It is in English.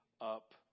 up